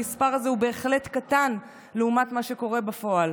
המספר הזה הוא בהחלט קטן לעומת מה שקורה בפועל,